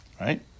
right